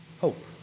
hope